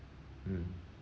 mm